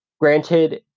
Granted